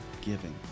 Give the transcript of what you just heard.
giving